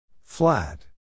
Flat